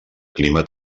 clima